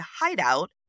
hideout